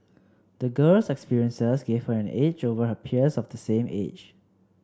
the girl's experiences gave her an edge over her peers of the same age